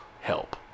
help